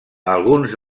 alguns